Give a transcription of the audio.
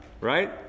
right